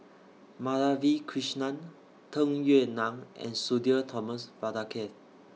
Madhavi Krishnan Tung Yue Nang and Sudhir Thomas Vadaketh